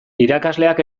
irakasleak